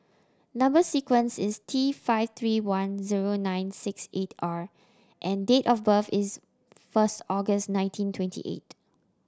number sequence is T five three one zero nine six eight R and date of birth is first August nineteen twenty eight